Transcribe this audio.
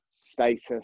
status